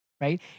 right